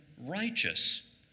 righteous